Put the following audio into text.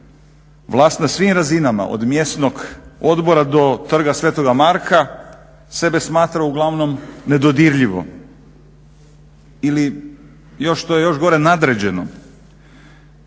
Vlast na svim razinama od mjesnog odbora do trga Sv. Marka sebe smatra uglavnom nedodirljivom ili što je još gore nadređenom.